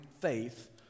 faith